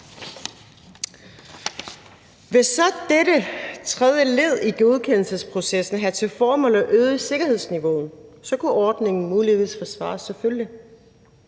Hvis så dette tredje led i godkendelsesprocessen havde til formål at øge sikkerhedsniveauet, kunne ordningen muligvis forsvares – selvfølgelig.